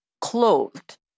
clothed